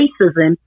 racism